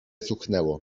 cuchnęło